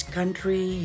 country